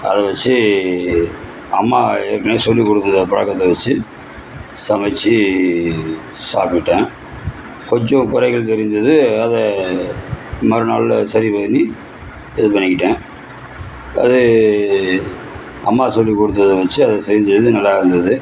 அதை வச்சு அம்மா ஏற்கனவே சொல்லிக் கொடுக்குற பழக்கத்தை வச்சு சமச்சு சாப்பிட்டேன் கொஞ்சம் குறைகள் தெரிஞ்சது அதை மறுநாளில் சரி பண்ணி இது பண்ணிக்கிட்டேன் அது அம்மா சொல்லிக் கொடுத்ததை வச்சு அதை செஞ்சது நல்லாயிருந்தது